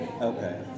Okay